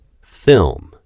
Film